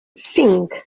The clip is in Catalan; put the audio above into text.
cinc